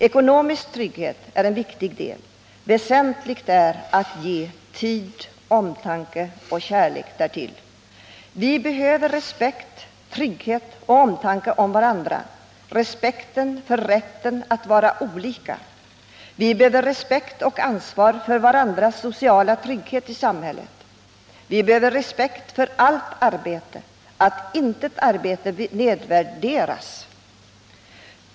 Ekonomisk trygghet är en viktig del, väsentligt är att även ge tid, omtanke och kärlek. Vi behöver respekt, trygghet och omtanke om varandra, respekt för rätten att vara olika. Vi behöver respekt och ansvar för varandras sociala trygghet i samhället, respekt för allt arbete, att intet arbete nedvärderas.